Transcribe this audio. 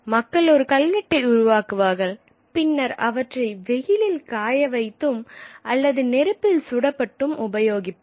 மக்கள் ஒரு கல்வெட்டை உருவாக்குவார்கள் பின்னர் அவற்றை வெயிலில் காயவைத்தும் அல்லது நெருப்பில் சுடப்பட்டும் உபயோகிப்பர்